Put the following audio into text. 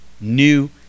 new